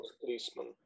policeman